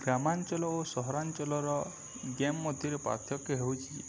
ଗ୍ରାମାଞ୍ଚଳ ଓ ସହରାଞ୍ଚଳର ଗେମ୍ ମଧ୍ୟରେ ପାର୍ଥକ୍ୟ ହେଉଛି